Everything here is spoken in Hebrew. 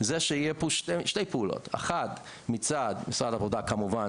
זה שיהיה שתי פעולות: אחת מצד משרד העבודה כמובן,